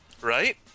Right